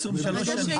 מקסימום שלוש שנים.